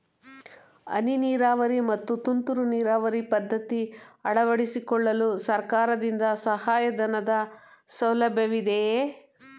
ಹನಿ ನೀರಾವರಿ ಮತ್ತು ತುಂತುರು ನೀರಾವರಿ ಪದ್ಧತಿ ಅಳವಡಿಸಿಕೊಳ್ಳಲು ಸರ್ಕಾರದಿಂದ ಸಹಾಯಧನದ ಸೌಲಭ್ಯವಿದೆಯೇ?